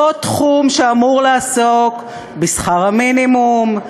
אותו תחום שאמור לעסוק בשכר המינימום,